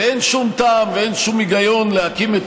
ואין שום טעם ואין שום היגיון להקים את